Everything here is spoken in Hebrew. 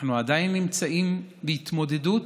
אנחנו עדיין נמצאים בהתמודדות.